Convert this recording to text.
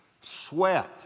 Sweat